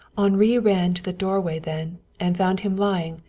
henri ran to the doorway then and found him lying,